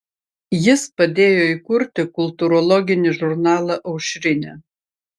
jis padėjo įkurti kultūrologinį žurnalą aušrinė